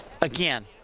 again